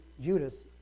Judas